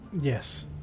Yes